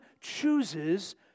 chooses